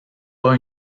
pas